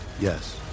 Yes